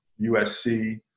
USC